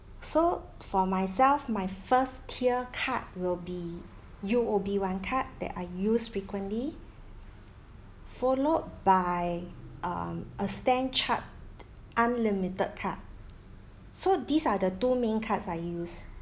so for myself my first tier card will be U_O_B one card that I used frequently followed by um a stanchart unlimited card so these are the two main cards I use